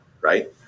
right